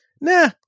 nah